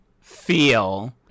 feel